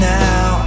now